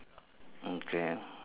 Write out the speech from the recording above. okay